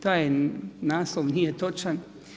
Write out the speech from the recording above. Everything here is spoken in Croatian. Taj naslov nije točan.